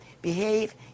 behave